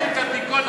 תעשו את הבדיקות,